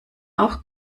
auch